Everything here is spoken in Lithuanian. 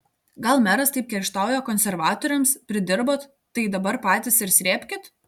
gal meras taip kerštauja konservatoriams pridirbot tai dabar patys ir srėbkit